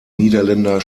niederländer